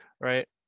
right